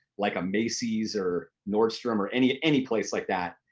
like a macy's or nordstrom or any any place like that,